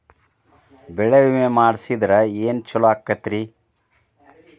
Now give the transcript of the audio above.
ಬೆಳಿ ವಿಮೆ ಮಾಡಿಸಿದ್ರ ಏನ್ ಛಲೋ ಆಕತ್ರಿ?